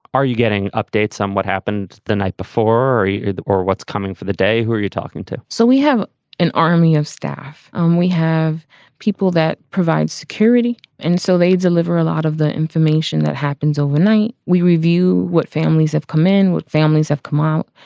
are you getting updates on what happened the night before or the. or what's coming for the day? who are you talking to? so we have an army of staff and we have people that provide security and so they deliver a lot of the information that happens overnight. we review what families have come in with. families have come out.